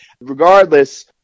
regardless